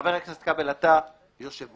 חבר הכנסת כבל, אתה יושב-ראש